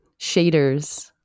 shaders